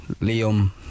Liam